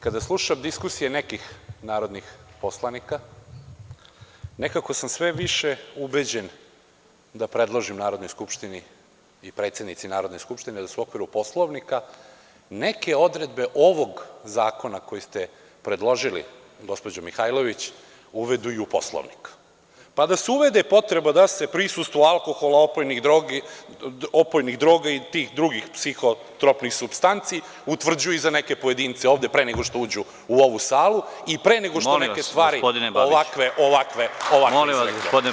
Kada slušam diskusije nekih narodnih poslanika, nekako sam sve više ubeđen dapredložim Narodnoj skupštini i predsednici Narodne skupštine da se u okviru Poslovnika neke odredbe ovog zakona koje ste predložili, gospođo Mihajlović, uvedu i u Poslovnik, pa da se uvede potreba da se prisustvo alkohola, opojnih droga i tih drugih psihotropnih supstanci utvrđuje i za neke pojedince ovde pre nego što uđu u ovu salu i pre nego što neke stvari ovakve izreknu.